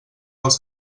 dels